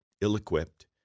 ill-equipped